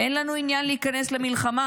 'אין לנו עניין להיכנס למלחמה',